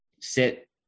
sit